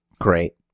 Great